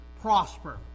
prosper